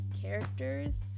characters